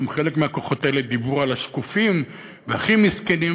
חלק מהכוחות האלה גם דיברו על השקופים והכי מסכנים.